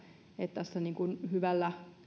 tässä hyvällä